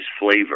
flavor